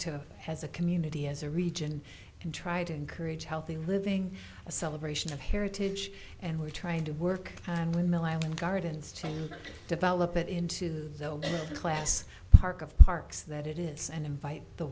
to has a community as a region and try to encourage healthy living a celebration of heritage and we're trying to work time when the island gardens to develop it into the class park of parks that it is and invite the